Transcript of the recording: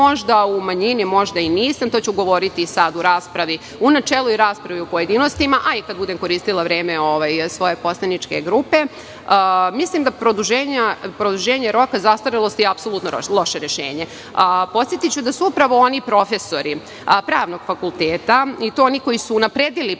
možda u manjini, možda nisam, to ću govoriti u raspravi u načelu i u raspravi u pojedinostima, a i kada budem koristila vreme svoje poslaničke grupe, mislim da produženje roka zastarelosti je apsolutno loše rešenje. Podsetiću da su oni profesori pravnog fakulteta i to oni koji su unapredili pravni